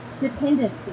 dependency